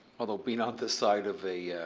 although being on the side of a